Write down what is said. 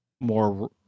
more